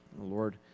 Lord